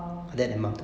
orh